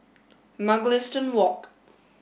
Mugliston Walk